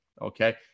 okay